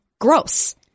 Gross